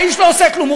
האיש לא עושה כלום,